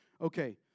Okay